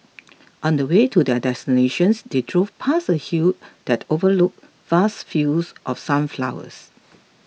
on the way to their destinations they drove past a hill that overlooked vast fields of sunflowers